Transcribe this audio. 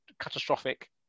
catastrophic